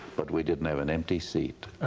but we didn't have an empty seat.